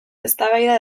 eztabaida